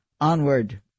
Onward